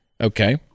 Okay